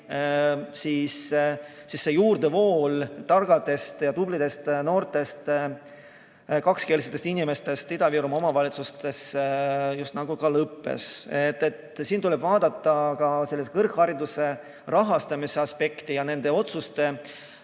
pandi, juurdevool tarkadest ja tublidest noortest kakskeelsetest inimestest Ida-Virumaa omavalitsustes just nagu lõppes. Siin tuleb vaadata ka kõrghariduse rahastamise aspekti nende otsuste